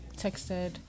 texted